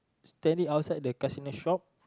standing outside the casino shop